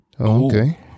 Okay